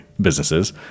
businesses